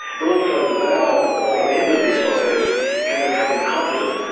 but also the valve at the bottom end of the oesophagus can become incompetent.